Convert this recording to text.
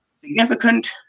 significant